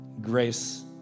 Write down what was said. Grace